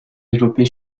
développer